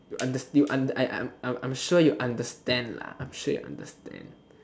you unders~ you und~ I I I'm sure you understand lah I'm sure you understand